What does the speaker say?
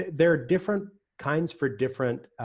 there are different kinds for different,